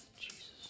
Jesus